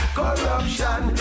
corruption